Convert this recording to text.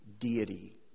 deity